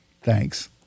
Thanks